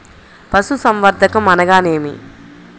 పశుసంవర్ధకం అనగానేమి?